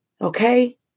Okay